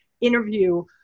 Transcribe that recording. interview